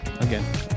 again